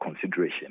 consideration